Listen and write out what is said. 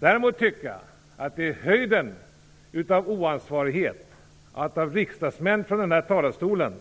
Däremot tycker jag att det är höjden av oansvarighet att riksdagsledamöter från denna talarstol